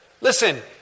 Listen